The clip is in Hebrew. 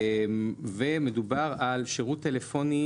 ומדובר על שירות טלפוני,